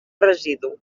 residu